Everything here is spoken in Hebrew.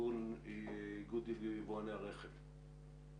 מאיגוד יבואני הרכב.